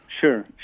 Sure